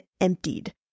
emptied